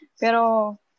Pero